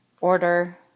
order